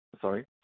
Sorry